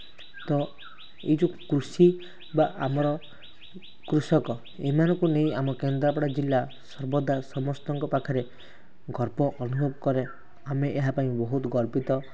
ତ ଏଇ ଯେଉଁ କୃଷି ବା ଆମର କୃଷକ ଏମାନଙ୍କୁ ନେଇ ଆମ କେନ୍ଦ୍ରାପଡ଼ା ଜିଲ୍ଲା ସର୍ବଦା ସମସ୍ତଙ୍କ ପାଖରେ ଗର୍ବ ଅନୁଭବ କରେ ଆମେ ଏହା ପାଇଁ ବହୁତ ଗର୍ବିତ